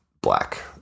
black